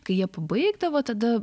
kai jie pabaigdavo tada